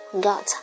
got